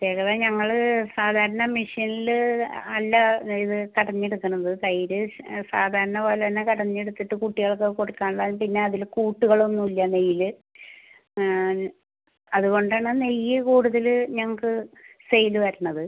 ചിലത് ഞങ്ങൾ സാധാരണ മെഷീനിൽ അല്ല ഇത് കടഞ്ഞെടുക്കുന്നത് തൈര് സാധാരണ പോലെ തന്നെ കടഞ്ഞെടുത്തിട്ട് കുട്ടികൾക്ക് കൊടുക്കാനുള്ള പിന്നെ അതിൽ കൂട്ടുകൾ ഒന്നും ഇല്ല നെയ്യിൽ അതുകൊണ്ടാണ് നെയ്യ് കൂടുതൽ ഞങ്ങൾക്ക് സെയിൽ വരുന്നത്